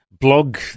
blog